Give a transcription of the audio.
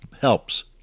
helps